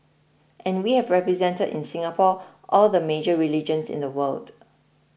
and we have represented in Singapore all the major religions in the world